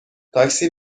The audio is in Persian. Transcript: تاکسی